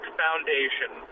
foundation